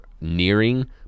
nearing